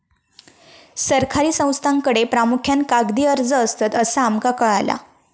सरकारी संस्थांकडे प्रामुख्यान कागदी अर्ज असतत, असा आमका कळाला